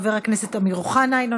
חבר הכנסת איימן עודה,